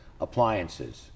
appliances